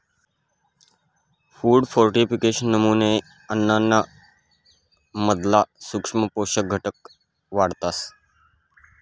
food फोर्टिफिकेशनमुये अन्नाना मधला सूक्ष्म पोषक घटक वाढतस